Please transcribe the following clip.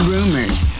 Rumors